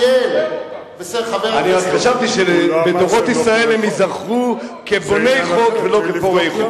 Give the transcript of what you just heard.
אני רק חשבתי שבדורות ישראל הם ייזכרו כבוני חוק ולא כפורעי חוק.